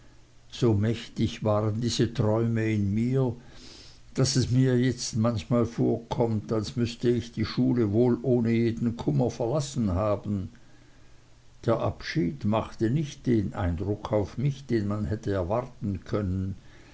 so mächtig waren diese träume in mir daß es mir jetzt manchmal vorkommt als müßte ich die schule wohl ohne jeden kummer verlassen haben der abschied machte nicht den eindruck auf mich den man hätte erwarten können